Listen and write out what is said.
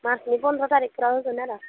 मार्चनि पन्द्र' तारिकफोराव होगोन आरो